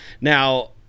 now